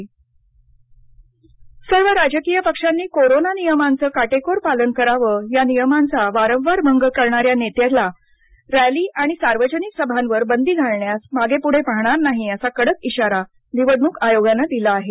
निवडणक आयोग सर्व राजकीय पक्षांनी कोरोना नियमांचं काटेकोर पालन करावं या नियमांचा वारंवार भंग करणाऱ्या नेत्याच्या रॅली आणि सार्वजनिक सभांवर बंदी घालण्यास मागेपुढे पाहणार नाही असा कडक इशारा निवडणूक आयोगानं दिला आहे